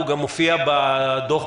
הוא גם מופיע בדוח,